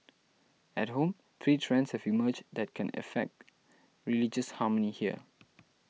at home three trends have emerged that can affect religious harmony here